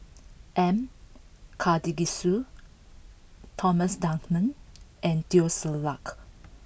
M Karthigesu Thomas Dunman and Teo Ser Luck